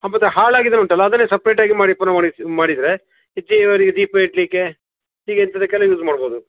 ಹಾಂ ಮಾತ್ರ ಹಾಳಾಗಿದ್ದರೆ ಉಂಟಲ್ಲ ಅದನ್ನೆ ಸಪ್ರೇಟ್ ಆಗಿ ಮಾಡಿ ಪುನಃ ಒಣಸಿ ಮಾಡಿದರೆ ಹೆಚ್ಚಿನವರಿಗೆ ದೀಪ ಇಡಲಿಕ್ಕೆ ಹೀಗೆ ಇಂಥದ್ದಕೆಲ್ಲ ಯೂಸ್ ಮಾಡ್ಬೋದು